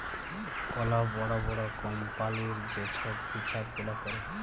call বড় বড় কম্পালির যে ছব হিছাব গুলা ক্যরে